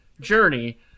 journey